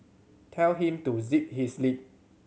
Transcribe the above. tell him to zip his lip